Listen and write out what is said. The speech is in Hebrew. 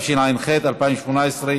התשע"ח 2018,